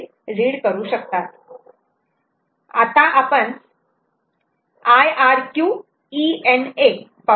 आता आपण IRQ ENA पाहू या